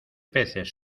peces